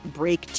break